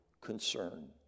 concern